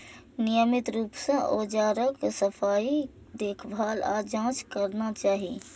नियमित रूप सं औजारक सफाई, देखभाल आ जांच करना चाही